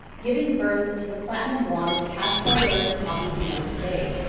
giving birth to the platinum blonde pastel wearing poppy we know today.